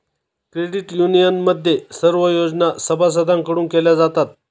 credit युनियनमध्ये सर्व योजना सभासदांकडून केल्या जातात